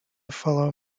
follow